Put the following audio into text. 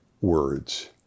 words